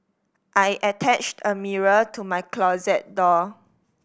I attached a mirror to my closet door